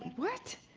what?